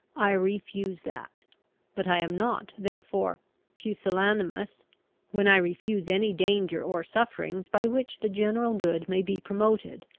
i refuse that but i am not therefore pusillanimous when i refuse any danger or suffering by which the general good may be promoted,